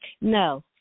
No